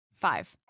Five